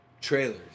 Trailers